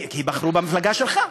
כי בחרו במפלגה שלך.